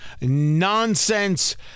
nonsense